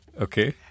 Okay